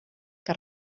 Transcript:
que